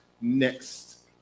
next